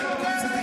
ומגיע להם למות.